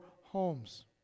homes